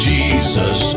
Jesus